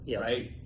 right